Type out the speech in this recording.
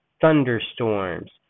Thunderstorms